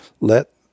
let